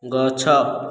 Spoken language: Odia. ଗଛ